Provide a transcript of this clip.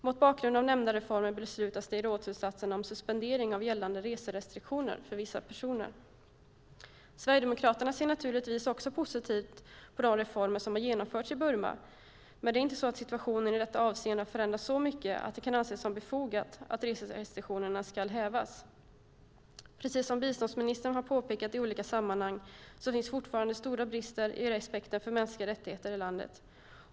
Mot bakgrund av nämnda reformer beslutades det i rådsslutsatserna om suspendering av gällande reserestriktioner för vissa personer. Sverigedemokraterna ser naturligtvis också positivt på de reformer som har genomförts i Burma. Men situationen i detta avseende har inte förändrats så mycket att det kan anses vara befogat att reserestriktionerna ska hävas. Precis som biståndsministern har påpekat i olika sammanhang finns det fortfarande stora brister i respekten för mänskliga rättigheter i landet.